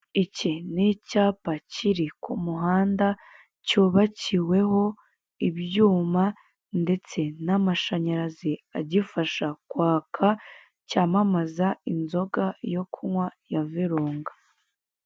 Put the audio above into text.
Iki ni icyapa kiri ku muhanda cyubakiweho ibyuma ndetse n'amashanyarazi agifasha kwaka cyamamaza inzoga yo kunywa ya virunga.